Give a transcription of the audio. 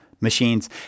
machines